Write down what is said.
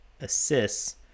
assists